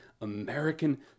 American